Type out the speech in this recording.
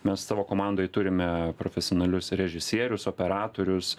mes savo komandoj turime profesionalius režisierius operatorius